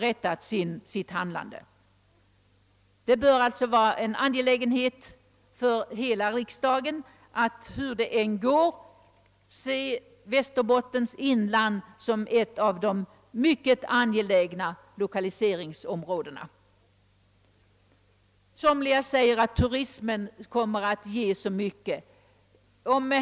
Oavsett hur denna fråga avgörs, bör det vara angeläget, att hela riksdagen betraktar Västerbottens inland som ett synnerligen viktigt lokaliseringsområde. Somliga säger, att turismen kommer att betyda mycket.